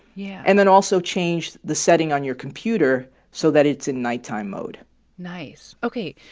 yeah and then also changed the setting on your computer so that it's in nighttime mode nice. ok.